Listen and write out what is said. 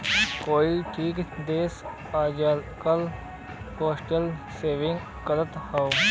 कई ठे देस आजकल पोस्टल सेविंग करत हौ